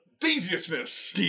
Deviousness